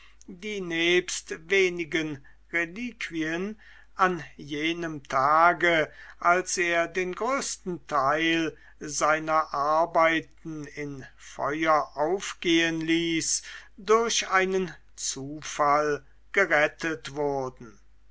die nebst wenigen reliquien an jenem tage als er den größten teil seiner arbeiten in feuer aufgehen ließ durch einen zufall gerettet wurden